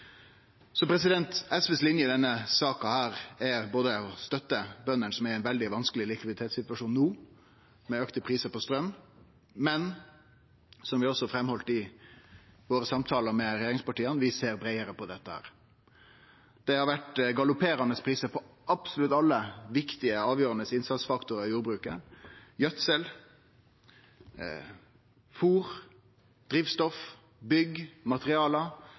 SVs linje i denne saka er å støtte bøndene, som no er i ein veldig vanskeleg likviditetssituasjon med auka prisar på straum, men som vi også heldt fram i samtalane med regjeringspartia, ser vi breiare på dette. Det har vore galopperande prisar på absolutt alle viktige, avgjerande innsatsfaktorar i jordbruket: gjødsel, fôr, drivstoff, bygg,